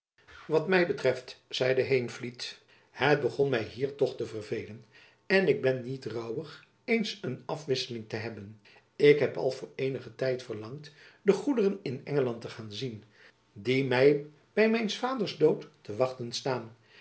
wat my betreft zeide heenvliet het begon my hier toch te verveelen en ik ben niet rouwig eens een afwisseling te hebben ik heb al voor eenigen tijd verlangd de goederen in engeland te gaan zien die my by myns vaders dood te wachten staan